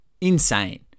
Insane